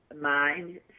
mind